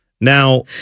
Now